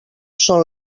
són